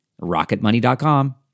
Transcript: Rocketmoney.com